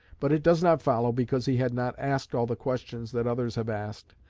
but it does not follow, because he had not asked all the questions that others have asked,